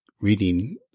reading